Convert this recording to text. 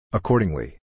Accordingly